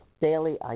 daily